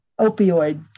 opioid